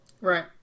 Right